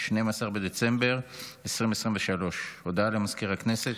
12 בדצמבר 2023. הודעה למזכיר הכנסת.